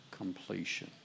Completion